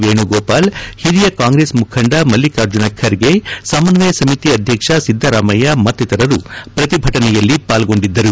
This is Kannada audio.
ವೇಣುಗೋಪಾಲ್ ಹಿರಿಯ ಕಾಂಗ್ರೆಸ್ ಮುಖಂಡ ಮಲ್ಲಿಕಾರ್ಜುನ ಖರ್ಗೆ ಸಮನ್ವಯ ಸಮಿತಿ ಅಧ್ಯಕ್ಷ ಸಿದ್ದರಾಮಯ್ಯ ಮತ್ತಿತರರು ಪ್ರತಿಭಟನೆಯಲ್ಲಿ ಪಾಲ್ಗೊಂಡಿದ್ದರು